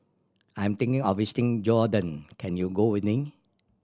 I'm thinking of visiting Jordan can you go with me